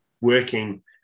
working